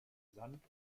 sand